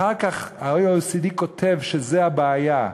אחר כך ה-OECD כותב שזו הבעיה.